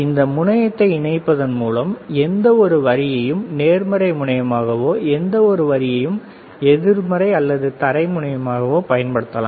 இந்த முனையத்தை இணைப்பதன் மூலம் எந்தவொரு வரியையும் நேர்மறை முனையமாக எந்த வரியையும் எதிர்மறை முனையமாக பயன்படுத்தலாம்